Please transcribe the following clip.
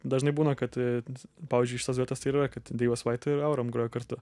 dažnai būna kad pavyzdžiui iš tos vietos tai ir yra kad deivas vait ir aurum groja kartu